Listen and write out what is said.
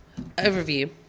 overview